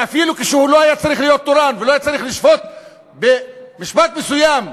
ואפילו כשהוא לא היה צריך להיות תורן ולא היה צריך לשפוט במשפט מסוים,